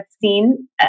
seen